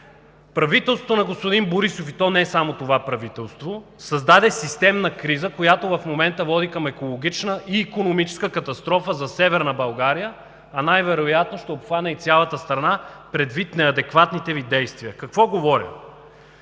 Правителството на господин Борисов, и то не само това правителство, създаде системна криза, която в момента води към екологична и икономическа катастрофа за Северна България, а най-вероятно ще обхване и цялата страна предвид неадекватните Ви действия. За какво говоря?